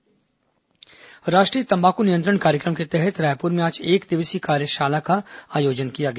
तम्बाकू कार्यशाला राष्ट्रीय तम्बाकू नियंत्रण कार्यक्रम के तहत रायपुर में आज एकदिवसीय कार्यशाला का आयोजन किया गया